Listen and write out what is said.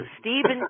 Stephen